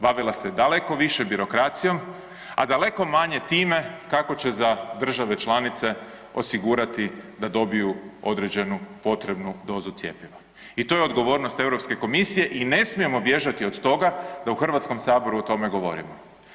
Bavila se daleko više birokracijom, a daleko manje time kako će za države članice osigurati da dobiju određenu potrebnu dozu cjepiva i to je odgovornost EU komisije i ne smijemo bježati od toga da u HS-u o tome govorimo.